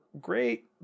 great